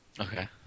Okay